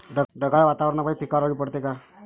ढगाळ वातावरनापाई पिकावर अळी पडते का?